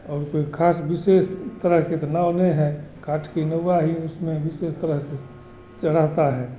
और कोई ख़ास विशेष तरह के तो नाव नहीं है काठ की नौवा ही उसमें विशेष तरह से चढ़ाता है